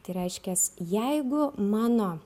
tai reiškias jeigu mano